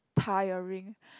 tiring